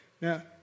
Now